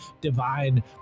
divine